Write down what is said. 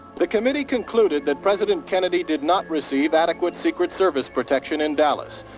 the committee concluded that president kennedy. did not receive adequate secret service protection in dallas,